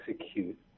execute